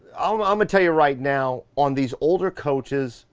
um i'm a tell you right now, on these older coaches,